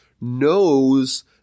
knows